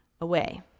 away